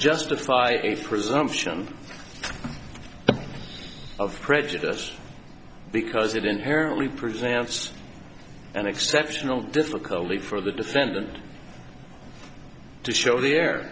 justify a presumption of prejudice because it inherently presents an exceptional difficulty for the defendant to show the